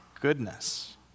goodness